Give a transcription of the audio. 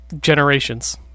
generations